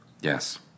Yes